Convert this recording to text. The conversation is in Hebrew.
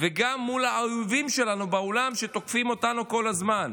וגם מול האויבים שלנו בעולם שתוקפים אותנו כל הזמן,